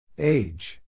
Age